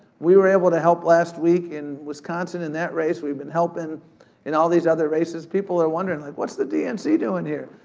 we were able to help last week in wisconsin, in that race, we've been helpin' in all these other races. people are wondering like, what's the dnc doing here?